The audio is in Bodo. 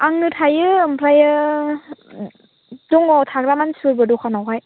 आंनो थायो ओमफ्रायो दङ थाग्रा मानसिफोरबो दखानआवहाय